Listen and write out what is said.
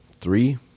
three